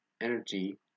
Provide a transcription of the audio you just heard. energy